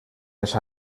els